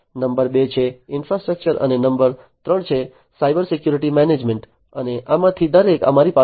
number 2 છે infrastructure અને number 3 છે સાયબર સિક્યુરિટી મેનેજમેન્ટ અને આમાંથી દરેક અમારી પાસે છે